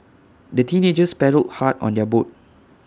the teenagers paddled hard on their boat